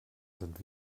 sind